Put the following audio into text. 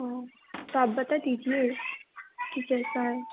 हूँ तो आप बता दीजिए कि कैसा है